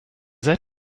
seid